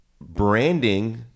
branding